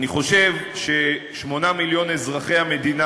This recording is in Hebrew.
אני חושב ש-8 מיליון אזרחי המדינה,